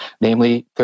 Namely